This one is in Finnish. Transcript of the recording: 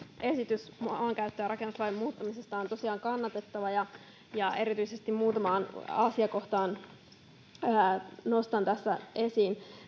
esitys maankäyttö ja rakennuslain muuttamisesta on tosiaan kannatettava ja ja erityisesti muutaman asian nostan tässä esiin